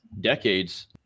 decades